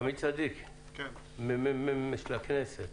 עמי צדיק, הממ"מ של הכנסת.